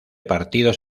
partidos